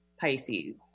pisces